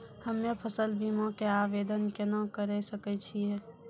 हम्मे फसल बीमा के आवदेन केना करे सकय छियै?